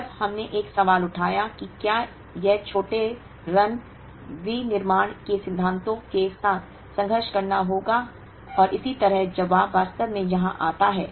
जब हमने एक सवाल उठाया कि क्या यह छोटे रन विनिर्माण के सिद्धांतों के साथ संघर्ष करेगा और इसी तरह जवाब वास्तव में यहां आता है